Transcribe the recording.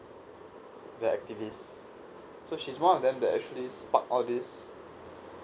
the activist so she's one of them that actually spark all this